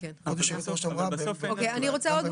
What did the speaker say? בבקשה,